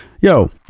Yo